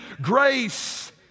grace